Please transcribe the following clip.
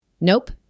Nope